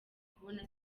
kubona